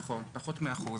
נכון, פחות מאחוז.